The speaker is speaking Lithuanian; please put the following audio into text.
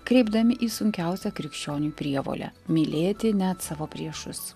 kreipdami į sunkiausią krikščioniui prievolę mylėti net savo priešus